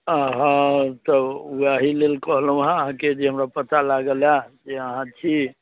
हाँ तऽ ओएह लेल कहलहुँ अहाँकेँ जे हमरा पता लागलए जे अहाँ छी